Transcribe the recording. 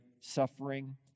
suffering